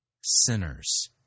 sinners